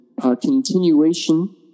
continuation